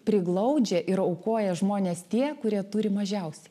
priglaudžia ir aukoja žmonės tie kurie turi mažiausiai